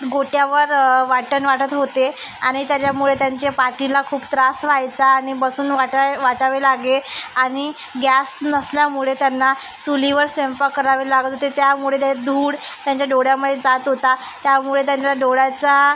गोट्यावर वाटण वाटत होते आणि त्याच्यामुळे त्यांच्या पाठीला खूप त्रास व्हायचा आणि बसून वाटाय वाटावे लागे आणि गॅस नसल्यामुळे त्यांना चुलीवर स्वयंपाक करावे लागत होते त्यामुळे त्यात धूर त्यांच्या डोळ्यामध्ये जात होता त्यामुळे त्यांच्या डोळ्याचा